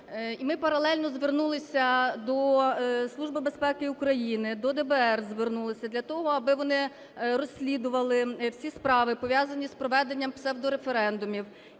ми паралельно звернулися до Служби безпеки України, до ДБР звернулися. Для того, аби вони розслідували всі справи пов'язані з проведенням псевдореферендумів